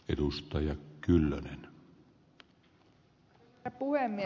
arvoisa herra puhemies